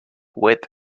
width